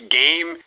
game